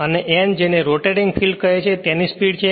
અને n જેને rotating field કહે છે તેની સ્પીડ છે